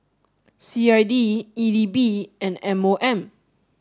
C I D E D B and M O M